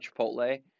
Chipotle